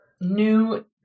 new